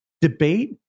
debate